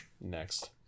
next